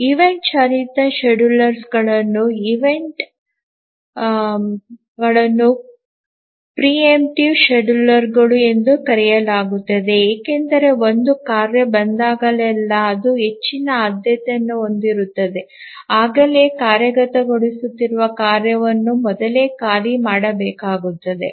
event ಚಾಲಿತ ಶೆಡ್ಯೂಲರ್ಗಳನ್ನು ಪೂರ್ವ ಎಂಪ್ಟಿವ್ ಶೆಡ್ಯೂಲರ್ಗಳು ಎಂದೂ ಕರೆಯಲಾಗುತ್ತದೆ ಏಕೆಂದರೆ ಒಂದು ಕಾರ್ಯ ಬಂದಾಗಲೆಲ್ಲಾ ಅದು ಹೆಚ್ಚಿನ ಆದ್ಯತೆಯನ್ನು ಹೊಂದಿರುತ್ತದೆ ಆಗಲೇ ಕಾರ್ಯಗತಗೊಳಿಸುತ್ತಿರುವ ಕಾರ್ಯವನ್ನು ಮೊದಲೇ ಖಾಲಿ ಮಾಡಬೇಕಾಗುತ್ತದೆ